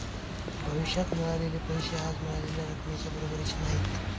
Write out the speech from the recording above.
भविष्यात मिळालेले पैसे आज मिळालेल्या रकमेच्या बरोबरीचे नाहीत